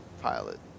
pilot